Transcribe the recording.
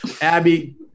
Abby